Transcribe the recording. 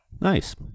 Nice